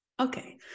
Okay